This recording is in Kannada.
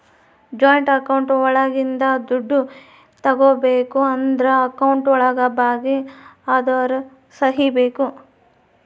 ಜಾಯಿಂಟ್ ಅಕೌಂಟ್ ಒಳಗಿಂದ ದುಡ್ಡು ತಗೋಬೇಕು ಅಂದ್ರು ಅಕೌಂಟ್ ಒಳಗ ಭಾಗಿ ಅದೋರ್ ಸಹಿ ಬೇಕು